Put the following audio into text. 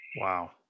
Wow